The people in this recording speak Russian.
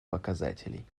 показателей